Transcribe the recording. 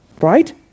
Right